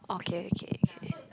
okay okay okay